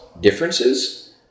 differences